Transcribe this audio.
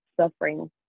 suffering